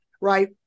right